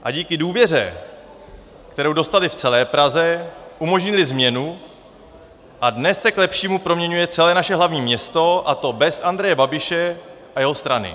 A díky důvěře, kterou dostali v celé Praze, umožnili změnu a dnes se k lepšímu proměňuje celé naše hlavní město, a to bez Andreje Babiše a jeho strany.